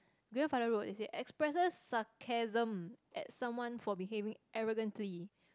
grandfather road it say expresses sarcasm at someone for behaving arrogantly